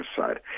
side